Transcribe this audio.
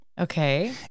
okay